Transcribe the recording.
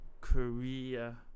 Korea